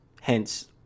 Hence